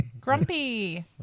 Grumpy